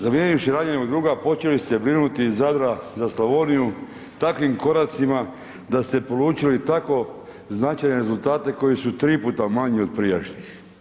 Zamijenivši ranjenog druga počeli ste brinuti iz Zadra za Slavoniju takvim koracima da ste polučili tako značajne rezultate koji su tri puta manji od prijašnjih.